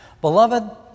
Beloved